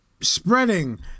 spreading